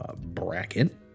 bracket